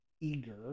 eager